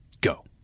Go